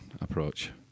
approach